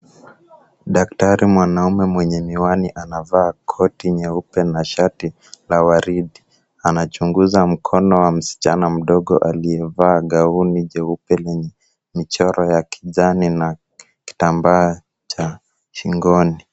Daktari mwanamume mwenye miwani anavaa koti nyeupe na shati la waridi. Anachunguza mkono wa msichana mdogo aliyevaa gauni jeupe lenye michoro ya kijani na kitambaa cha shingoni.